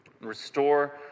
Restore